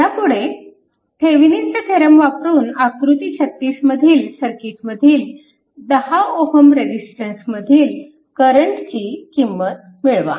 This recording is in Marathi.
ह्यापुढे थेविनिनचा थेरम वापरून आकृती 36 मधील सर्किटमधील 10 Ω रेजिस्टन्समधील करंटची किंमत मिळवा